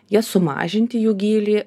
jas sumažinti jų gylį